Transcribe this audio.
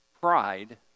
Pride